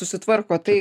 susitvarko tai